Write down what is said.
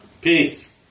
Peace